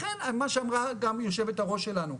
לכן מה שאמרה גם יושבת הראש שלנו,